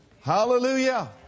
Hallelujah